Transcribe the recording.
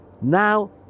Now